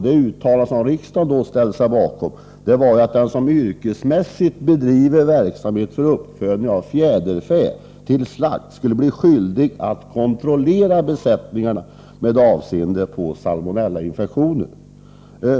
Det uttalande som riksdagen då ställde sig bakom innebar att den som yrkesmässigt bedriver verksamhet för uppfödning av fjäderfä till slakt skulle bli skyldig att kontrollera besättningarna med avseende på salmonellainfektioner.